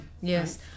Yes